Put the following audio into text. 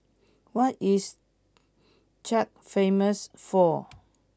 what is Chad famous for